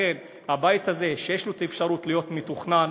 לכן הבית הזה, שיש לו אפשרות להיות מתוכנן,